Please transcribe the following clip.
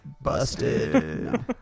busted